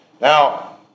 Now